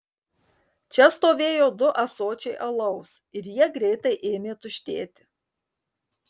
čia stovėjo du ąsočiai alaus ir jie greitai ėmė tuštėti